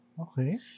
Okay